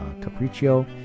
Capriccio